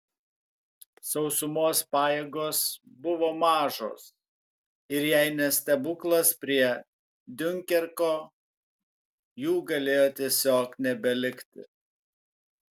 sausumos pajėgos buvo mažos ir jei ne stebuklas prie diunkerko jų galėjo tiesiog nebelikti